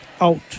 Out